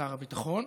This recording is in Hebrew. שר הביטחון.